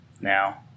now